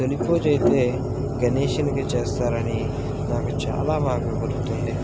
తొలి పూజ అయితే గణేషునికే చేస్తారు అని మాకు చాల బాగా గుర్తుంది